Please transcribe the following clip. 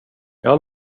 jag